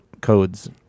codes